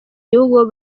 gihugu